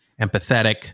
empathetic